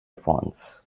fonts